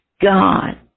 God